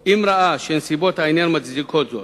המועצה, אם ראה שנסיבות העניין מצדיקות זאת.